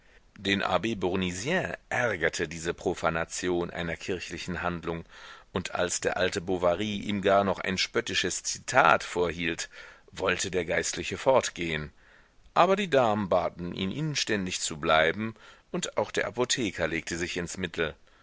den abb bournisien ärgerte diese profanation einer kirchlichen handlung und als der alte bovary ihm gar noch ein spöttisches zitat vorhielt wollte der geistliche fortgehen aber die damen baten ihn inständig zu bleiben und auch der apotheker legte sich ins mittel